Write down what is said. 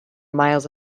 miles